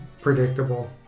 predictable